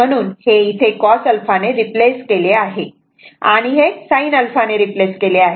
म्हणून हे इथे cos α ने रिप्लेस केले आहे आणि हे sin α ने रिप्लेस केले आहे